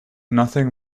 nothing